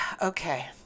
Okay